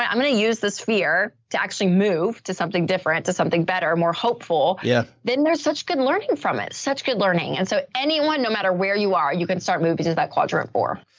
i'm going to use this fear. to actually move to something different, to something better, more hopeful, yeah then there's such good learning from it, such good learning. and so anyone, no matter where you are, you can start moving into that quadrant four.